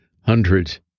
hundreds